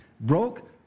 broke